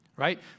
right